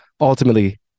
ultimately